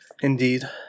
Indeed